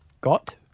Got